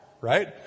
right